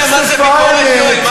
אתה לא יודע מה זה ביקורת, יואל?